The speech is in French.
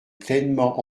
pleinement